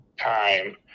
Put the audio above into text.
time